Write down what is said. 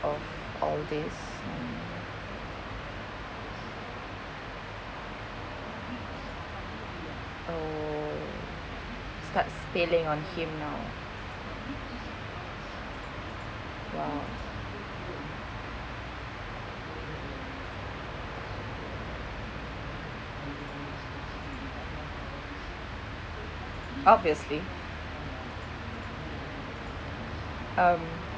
of all these mm oh starts failing on him now !wow! obviously um